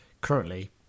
currently